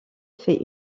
fait